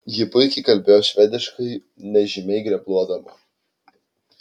ji puikiai kalbėjo švediškai nežymiai grebluodama